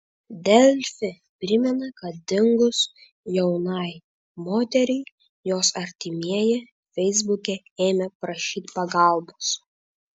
delfi primena kad dingus jaunai moteriai jos artimieji feisbuke ėmė prašyti pagalbos